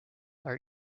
are